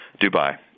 Dubai